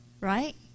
right